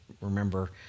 remember